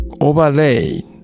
overlay